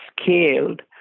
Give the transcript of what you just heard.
scaled